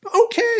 okay